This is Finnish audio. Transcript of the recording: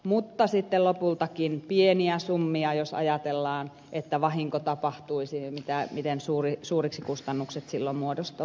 mutta ne ovat sitten lopultakin pieniä summia jos ajatellaan että vahinko tapahtuisi miten suuriksi kustannukset silloin muodostuisivat